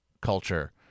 culture